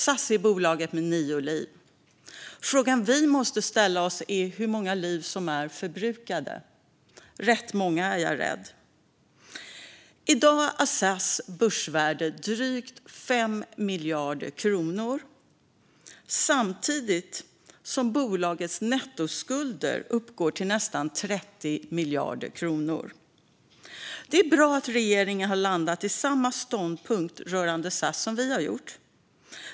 SAS är bolaget med nio liv. Frågan vi måste ställa oss är hur många liv som är förbrukade. Det är rätt många är jag rädd. I dag är SAS börsvärde drygt 5 miljarder kronor samtidigt som bolagets nettoskulder uppgår till nästan 30 miljarder kronor. Det är bra att regeringen har landat i samma ståndpunkt rörande SAS som vi har gjort.